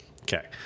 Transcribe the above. Okay